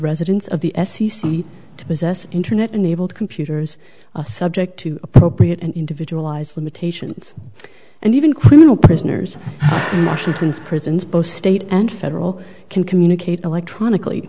residents of the to possess internet enabled computers subject to appropriate and individualized limitations and even criminal prisoners prisons both state and federal can communicate electronically